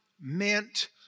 meant